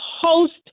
host